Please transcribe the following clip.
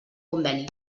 conveni